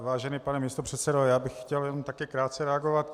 Vážený pane místopředsedo, já bych chtěl jenom krátce reagovat.